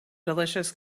delicious